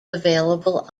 available